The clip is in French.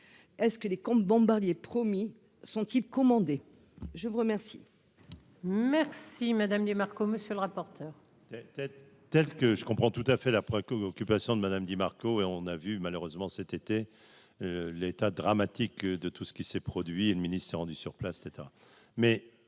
est-ce que les comptes Bombardier promis son type commandés, je vous remercie.